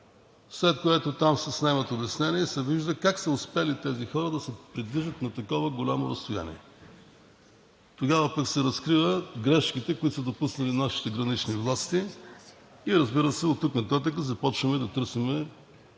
След което там се снемат обяснения и се вижда как са успели тези хора да се придвижат на такова голямо разстояние. Тогава пък се разкриват грешките, които са допуснали нашите гранични власти. Разбира се, оттук нататък започваме да търсим